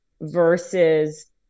versus